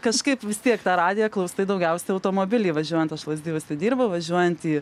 kažkaip vis tiek tą radiją klausai daugiausia automobily važiuojant aš lazdijuose dirbu važiuojant į